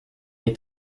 est